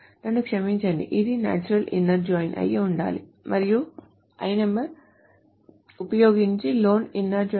నన్ను క్షమించండి ఇది natural inner join అయి ఉండాలి మరియు ఇది lno ఉపయోగించి loan inner join